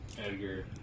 Edgar